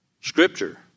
scripture